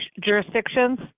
jurisdictions